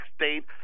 state